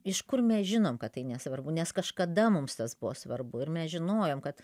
iš kur mes žinom kad tai nesvarbu nes kažkada mums tas buvo svarbu ir mes žinojom kad